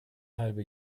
halbe